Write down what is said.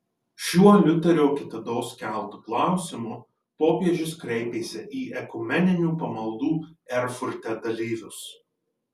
šiuo liuterio kitados keltu klausimu popiežius kreipėsi į ekumeninių pamaldų erfurte dalyvius